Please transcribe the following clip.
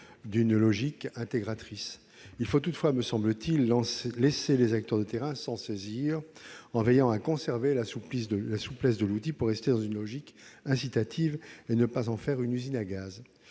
d'une logique intégratrice. Il faut toutefois, me semble-t-il, laisser les acteurs de terrain s'en saisir, en veillant à conserver la souplesse de l'outil pour rester dans une logique incitative et ne pas en faire une usine à gaz.